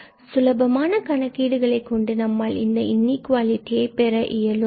பின்பு சுலபமான கணக்கீடுகளை கொண்டு நம்மால் இந்த இன்இகுவாலிட்டி கொண்டு பெற இயலும்